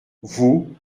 vous